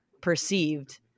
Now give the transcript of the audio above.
perceived